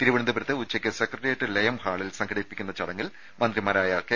തിരുവനന്തപുരത്ത് ഉച്ചയ്ക്ക് സെക്രട്ടറിയേറ്റ് ലയം ഹാളിൽ സംഘടിപ്പിക്കുന്ന ചടങ്ങിൽ മന്ത്രിമാരായ കെ